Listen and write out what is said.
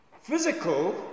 Physical